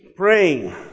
Praying